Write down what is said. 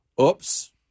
Oops